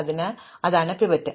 അതിനാൽ ഇതാണ് പിവറ്റ്